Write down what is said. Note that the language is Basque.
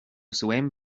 zuen